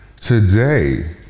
Today